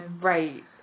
Right